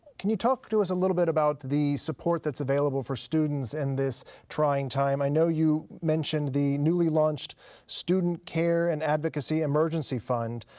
can you talk to us a little bit about the support that's available for students in this trying time? i know you mentioned the newly launched student care and advocacy emergency fund,